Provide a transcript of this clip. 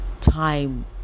time